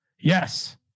yes